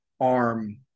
arm